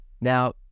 Now